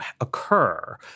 occur